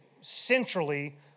centrally